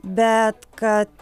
bet kad